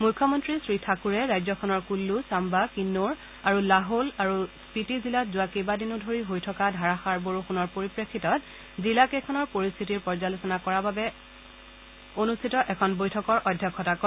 মুখ্যমন্ত্ৰী শ্ৰীঠাকুৰে ৰাজ্যখনৰ কুল্ল ছাম্বা কিন্নৌৰ আৰু লাহৌল আৰু স্পীতি জিলাত যোৱা কেইবাদিনো ধৰি হৈ থকা ধাৰাসাৰ বৰষুণৰ পৰিপ্ৰেক্ষিতত জিলা কেইখনৰ পৰিস্থিতি পৰ্যালোচনা কৰাৰ বাবে অনুষ্ঠিত এখন বৈঠকৰ অধ্যক্ষতা কৰে